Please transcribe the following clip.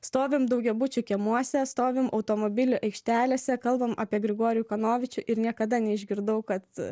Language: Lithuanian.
stovim daugiabučių kiemuose stovim automobilių aikštelėse kalbam apie grigorijų kanovičių ir niekada neišgirdau kad